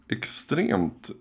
extremt